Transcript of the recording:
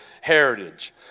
heritage